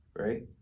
Right